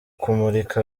kumurika